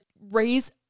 raise